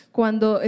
cuando